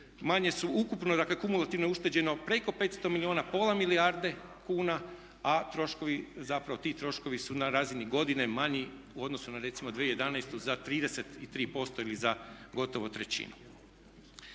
manje su. Ukupno dakle kumulativno je ušteđeno preko 500 milijuna, pola milijarde kuna, a zapravo ti troškovi su na razini godine manji u odnosu na recimo 2011. za 33% ili za gotovo trećinu.